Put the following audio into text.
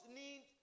need